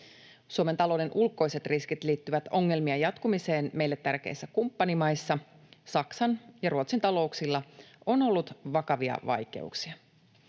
Suomen talouden ulkoiset riskit liittyvät ongelmien jatkumiseen meille tärkeissä kumppanimaissa: Saksan ja Ruotsin talouksilla on ollut vakavia vaikeuksia.